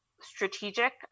strategic